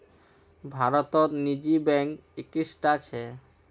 भारतत निजी बैंक इक्कीसटा छ